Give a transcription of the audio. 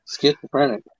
Schizophrenic